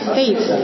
States